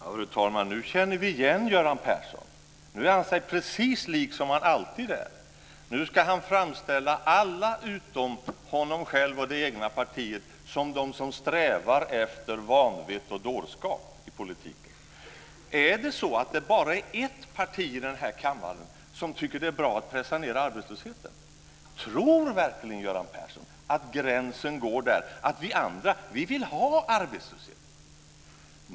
Fru talman! Nu känner vi igen Göran Persson. Nu är han sig precis lik, som han alltid är. Nu ska han framställa alla utom sig själv och det egna partiet som de som strävar efter vanvett och dårskap i politiken. Är det bara ett parti här i kammaren som tycker att det är bra att pressa ned arbetslösheten? Tror verkligen Göran Persson att gränsen går där, att vi andra vill ha arbetslöshet?